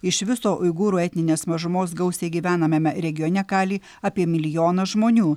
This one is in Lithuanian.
iš viso uigūrų etninės mažumos gausiai gyvenamame regione kali apie milijoną žmonių